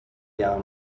guerre